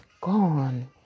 gone